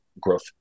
growth